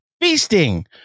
feasting